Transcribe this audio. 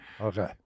Okay